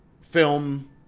film